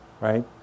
right